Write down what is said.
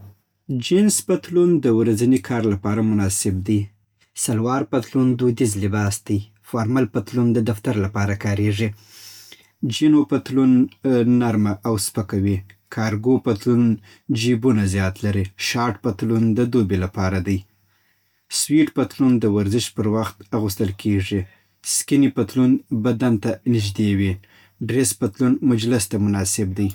جینس پتلون د ورځني کار لپاره مناسب دی. سلوار پتلون دودیز لباس دی. فارمل پتلون د دفتر لپاره کارېږي. چینو پتلون نرمه او سپکه وي. کارګو پتلون جېبونه زیات لري. شارټ پتلون د دوبی لپاره دی. سویټ پتلون د ورزش پر وخت اغوستل کېږي. سکني پتلون بدن ته نږدې وي. ډریس پتلون مجلس ته مناسبه دی